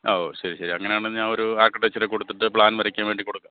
ഓ ശരി ശരി അങ്ങനെയാണെങ്കില് ഞാനൊരു ആര്കിടെക്ചറിന്റെ കയ്യില് കൊടുത്തിട്ട് പ്ലാന് വരയ്ക്കാൻ വേണ്ടി കൊടുക്കാം